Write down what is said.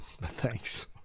Thanks